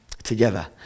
together